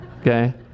Okay